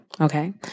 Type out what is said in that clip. Okay